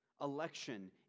Election